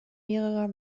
mehrerer